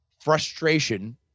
frustration